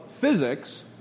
physics